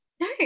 no